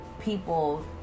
people